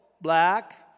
Black